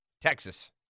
Texas